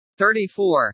34